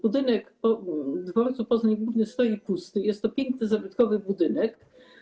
Budynek po dworcu Poznań Główny stoi pusty, jest to piękny zabytkowy budynek.